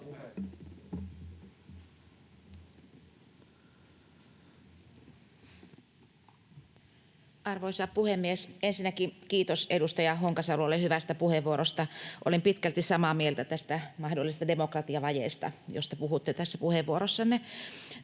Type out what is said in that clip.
Arvoisa puhemies! Ensinnäkin kiitos edustaja Honkasalolle hyvästä puheenvuorosta. Olen pitkälti samaa mieltä tästä mahdollisesta demokratiavajeesta, josta puhuitte tässä puheenvuorossanne.